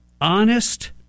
honest